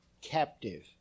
captive